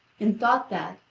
and thought that,